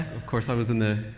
of course, i was in the,